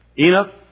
Enoch